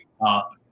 up